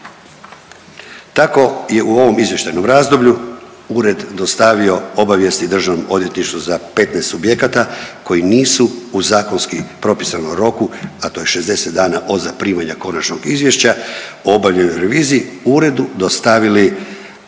Tako je u ovom izvještajnom razdoblju ured dostavio obavijesti Državnom odvjetništvu za 15 subjekata koji nisu u zakonski propisanom roku, a to je 60 dana od zaprimanja konačnog izvješća o obavljenoj reviziji uredu dostavili